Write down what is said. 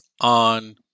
on